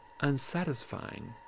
unsatisfying